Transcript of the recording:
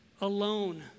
alone